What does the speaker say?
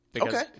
Okay